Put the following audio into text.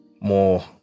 more